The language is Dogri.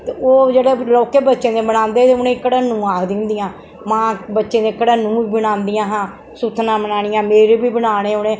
ते ओह् जेह्ड़े लौह्के बच्चें दे बनांदे हे उ'नेंगी घटन्नू आखदी होंदियां मां बच्चें दे घटन्नू बी बनांदियां हा सुत्थना बनानियां मेरी बी बनाने उ'नें